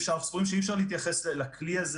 אנחנו סבורים שאי אפשר להתייחס לכלי הזה